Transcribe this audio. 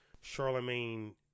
Charlemagne